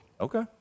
Okay